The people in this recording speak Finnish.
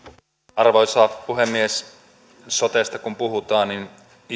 arvoisa puhemies sotesta kun puhutaan niin